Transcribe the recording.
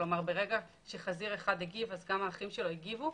ברגע שחזיר אחד הגיב, גם האחים שלו הגיבו.